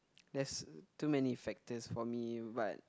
there's too many factors for me but